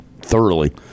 thoroughly